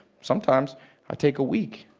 sometimes i take a week.